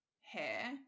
hair